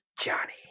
Johnny